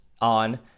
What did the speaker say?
on